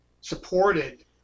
supported